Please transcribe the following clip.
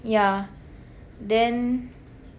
yeah then